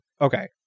Okay